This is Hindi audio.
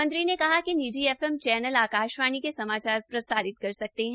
मंत्री ने कहा कि निजी एफएम चैनल आकाशवाणी के समाचार प्रसारित कर सकते हैं